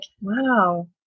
wow